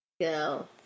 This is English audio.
girl